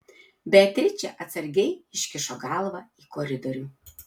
beatričė atsargiai iškišo galvą į koridorių